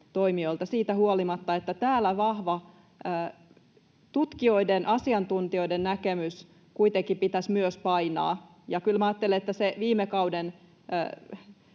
siitä huolimatta, että täällä vahvan tutkijoiden, asiantuntijoiden näkemyksen kuitenkin pitäisi myös painaa. Ja kyllä minä ajattelen, että se viime kauden